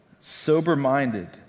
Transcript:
sober-minded